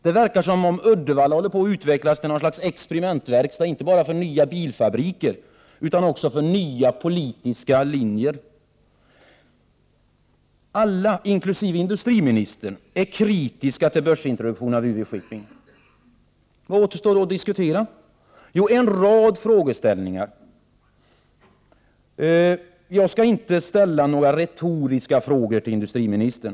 Det verkar som om Uddevalla håller på att utvecklas till något slags experimentverkstad, inte bara för nya bilfabriker utan också för nya politiska linjer. Alla, inkl. industriministern, är kritiska till börsintroduktionen av UV Shipping. Vad återstår då att diskutera? Jo, en rad frågeställningar återstår. Jag skall inte ställa några retoriska frågor till industriministern.